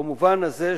במובן הזה,